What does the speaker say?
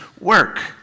work